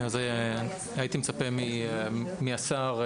הייתי מצפה מהשר,